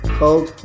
cold